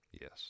Yes